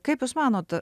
kaip jūs manot